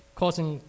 causing